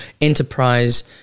enterprise